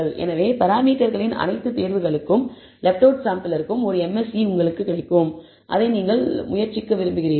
எனவே பராமீட்டர்களின் அனைத்து தேர்வுகளுக்கும் லெஃப்ட் அவுட் சாம்பிளிற்க்கு ஒரு MSE உங்களுக்கு கிடைக்கும் அதை நீங்கள் முயற்சிக்க விரும்புகிறீர்கள்